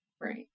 Right